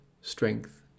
strength